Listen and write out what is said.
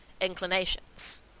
inclinations